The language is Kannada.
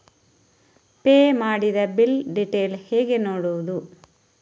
ಪೇ ಮಾಡಿದ ಬಿಲ್ ಡೀಟೇಲ್ ಹೇಗೆ ನೋಡುವುದು?